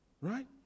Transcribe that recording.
Right